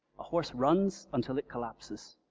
a horse runs until it collapses.